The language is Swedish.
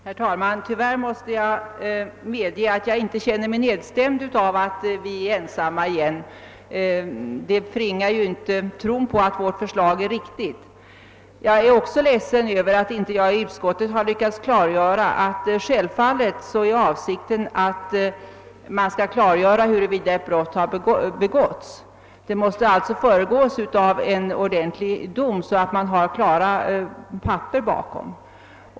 Herr talman! Tyvärr måste jag medge att jag inte känner mig nedstämd över att vi ånyo är ensamma. Det förringar inte tron på att vårt förslag är riktigt. Jag är också ledsen över att jag i utskottet inte har lyckats klargöra att avsikten självfallet är att man skall fastställa huruvida ett brott begåtts eller inte. Frihetsberövandet måste alltså föregås av en dom.